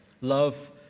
Love